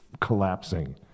collapsing